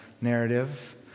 narrative